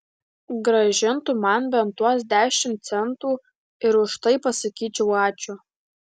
grąžintų man bent tuos dešimt centų ir už tai pasakyčiau ačiū